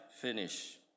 finish